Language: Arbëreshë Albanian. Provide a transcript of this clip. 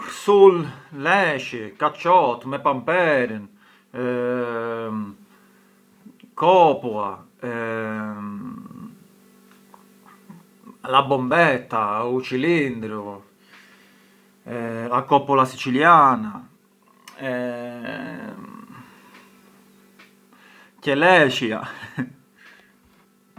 Ksulë lezhi, kaçotë me pamperën, kopulla, la bombetta, u cilindru, la coppola siciliana, qeleshja.